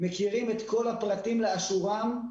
מכירים את כל הפרטים לאשורם.